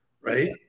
right